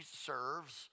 serves